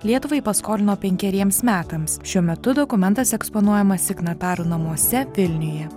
lietuvai paskolino penkeriems metams šiuo metu dokumentas eksponuojamas signatarų namuose vilniuje